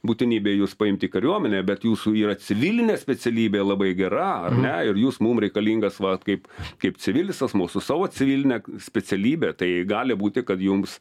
būtinybė jus paimt į kariuomenę bet jūsų yra civilinė specialybė labai gera ne ir jūs mum reikalingas vat kaip kaip civilis asmuo su savo civiline specialybe tai gali būti kad jums